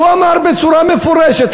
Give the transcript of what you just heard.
והוא אמר בצורה מפורשת.